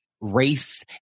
race